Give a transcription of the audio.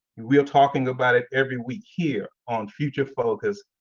we're talking about it every week here on future focus.